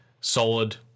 solid